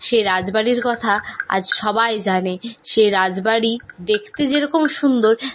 সেই রাজবাড়ির কথা আজ সবাই জানে সেই রাজবাড়ি দেখতে যেরকম সুন্দর